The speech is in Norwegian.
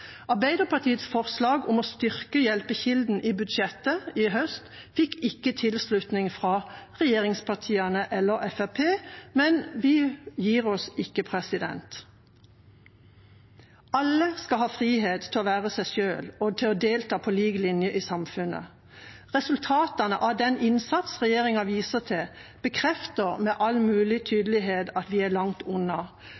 Arbeiderpartiets forslag om å styrke Hjelpekilden i budsjettet i høst fikk ikke tilslutning fra regjeringspartiene eller Fremskrittspartiet. Men vi gir oss ikke. Alle skal ha frihet til å være seg selv og til å delta på lik linje i samfunnet. Resultatene av den innsatsen regjeringa viser til, bekrefter med all mulig